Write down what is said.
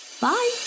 Bye